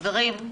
חברים,